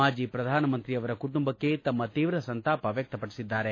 ಮಾಜಿ ಪ್ರಧಾನಮಂತ್ರಿಯವರ ಕುಟುಂಬಕ್ಕೆ ತಮ್ಮ ತೀವ್ರ ಸಂತಾಪ ವ್ಯಕ್ತಪಡಿಸಿದ್ದಾರೆ